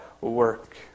work